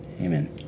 amen